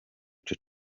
ico